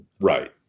Right